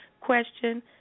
question